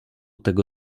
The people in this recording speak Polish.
tego